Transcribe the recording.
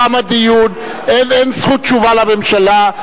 אין זכות תשובה לממשלה.